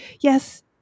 yes